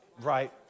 right